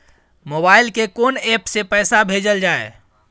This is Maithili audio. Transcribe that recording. मोबाइल के कोन एप से पैसा भेजल जाए?